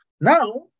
Now